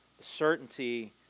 certainty